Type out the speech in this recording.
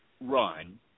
run